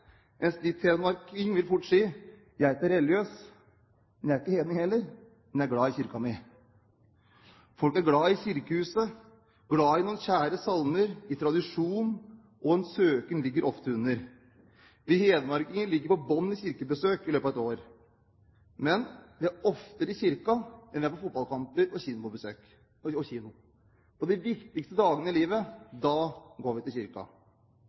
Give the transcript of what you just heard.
vil fort si: Je er itte religiøs, je er itte hedning heller, men je er glad i kirka mi. Folk er glad i kirkehuset, glad i noen kjære salmer, i tradisjonen, og en søken ligger ofte under. Vi hedmarkinger ligger på bunnen i kirkebesøk i løpet av et år, men vi er oftere i kirken enn vi er på fotballkamper og på kino. Men på de viktigste dagene i livet går vi i kirken. Hvorfor viser jeg til